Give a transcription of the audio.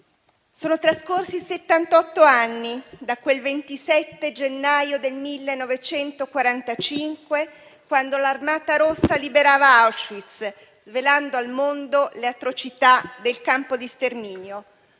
Sono trascorsi settantotto anni da quel 27 gennaio del 1945, quando l'Armata rossa liberava Auschwitz, svelando al mondo le atrocità del campo di sterminio.